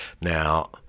Now